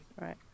Right